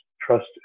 Trust